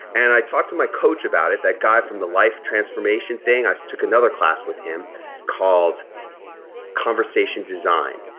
and i talked to my coach about it, that guy from the life transformation thing, i took another class with him called conversation design.